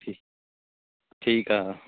ਠੀਕ ਠੀਕ ਆ